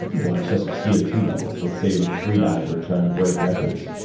or excess of c o two levels. let's say you're a free diver and trying to break records.